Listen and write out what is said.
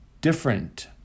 different